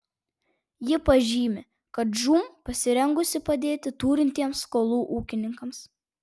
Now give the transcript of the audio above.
ji pažymi kad žūm pasirengusi padėti turintiems skolų ūkininkams